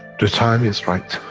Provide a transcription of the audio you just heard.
the time is right,